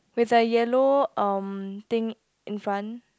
with the yellow um thing in front